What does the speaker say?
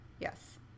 Yes